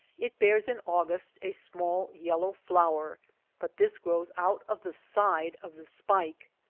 it bears in august a small yellow flower but this grows out of the side of the spike.